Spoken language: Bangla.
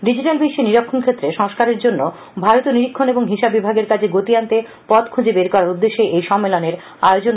ডিজিটাল বিশ্বে নিরীক্ষণ সংস্কারের জন্য ভারতীয় নিরীক্ষণ এবং হিসাব বিভাগের কাজে গতি আনতে পথ খুঁজে বের করার উদ্দেশ্যে এই সম্মেলনের আয়োজন